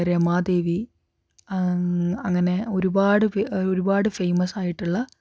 രമാ ദേവി അങ്ങനെ ഒരുപാട് ഒരുപാട് ഫേമസ് ആയിട്ടുള്ള